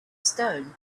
stone